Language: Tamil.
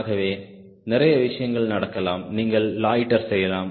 ஆகவே நிறைய விஷயங்கள் நடக்கலாம் நீங்கள் லாய்ட்டர் செய்யலாம்